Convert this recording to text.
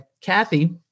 Kathy